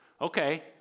Okay